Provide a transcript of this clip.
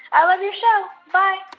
i love your show. bye